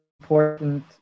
important